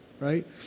right